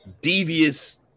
devious